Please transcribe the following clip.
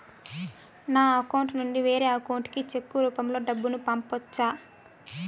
నా అకౌంట్ నుండి వేరే అకౌంట్ కి చెక్కు రూపం లో డబ్బును పంపొచ్చా?